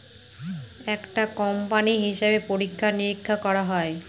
একটা কোম্পানির হিসাব পরীক্ষা নিরীক্ষা করা হয়